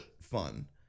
fun